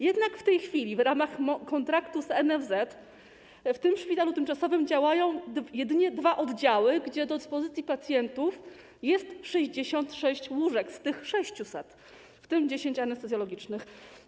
Jednak w tej chwili w ramach kontraktu z NFZ w tym szpitalu tymczasowym działają jedynie dwa oddziały, gdzie do dyspozycji pacjentów jest 66 łóżek z tych 600, w tym 10 anestezjologicznych.